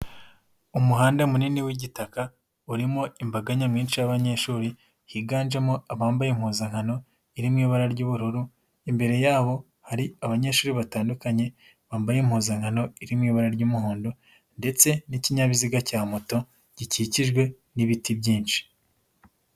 Umuhanda munini w'igitaka, urimo imbaga nyamshi y'abanyeshuri, higanjemo abambaye impuzankano iri mu ibara ry'ubururu, imbere yabo hari abanyeshuri batandukanye bambaye impuzankano iri mu ibara ry'umuhondo ndetse n'ikinyabiziga cya moto gikikijwe n'ibiti byinshi.